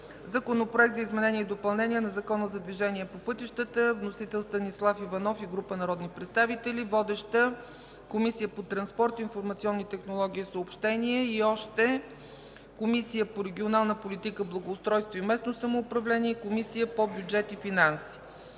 Законопроект за изменение и допълнение на Закона за движението по пътищата. Вносители – Станислав Иванов и група народни представители. Водеща е Комисията по транспорт, информационни технологии и съобщения. Разпределен е и на Комисията по регионалната политика, благоустройство и местно самоуправление и на Комисията по бюджет и финанси.